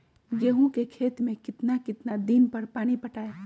गेंहू के खेत मे कितना कितना दिन पर पानी पटाये?